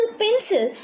pencil